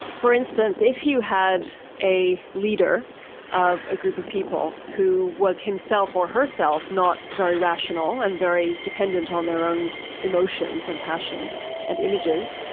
for instance, if you had a leader of a group of people who was himself or herself not very rational and very dependent on their own emotions and passions and images,